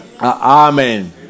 Amen